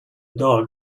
dog